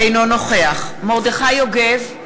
אינו נוכח מרדכי יוגב,